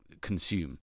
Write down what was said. consume